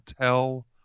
tell